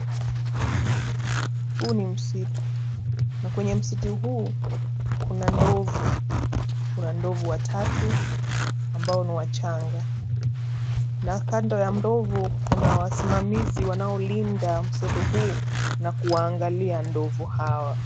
Huu ni msitu na kwenye msitu huu kuna ndovu. Kuna ndovu watatu ambao ni wachanga, na kando ya ndovu kuna wasimamizi wanaolinda msitu huu na kuangalia ndovu hawa.